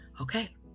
Okay